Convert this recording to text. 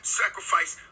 sacrifice